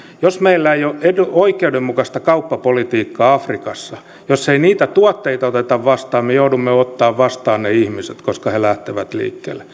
jos meillä ei ole oikeudenmukaista kauppapolitiikkaa afrikassa jos ei niitä tuotteita oteta vastaan me joudumme ottamaan vastaan ne ihmiset koska he lähtevät liikkeelle